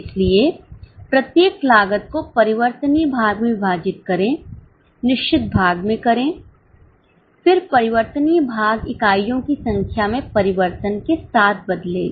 इसलिए प्रत्येक लागत को परिवर्तनीय भाग में विभाजित करें निश्चित भाग में करें फिर परिवर्तनीय भाग इकाइयों की संख्या में परिवर्तन के साथ बदलेगा